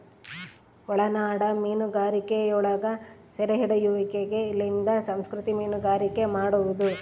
ಒಳನಾಡ ಮೀನುಗಾರಿಕೆಯೊಳಗ ಸೆರೆಹಿಡಿಯುವಿಕೆಲಿಂದ ಸಂಸ್ಕೃತಿಕ ಮೀನುಗಾರಿಕೆ ಮಾಡುವದು